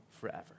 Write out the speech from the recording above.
forever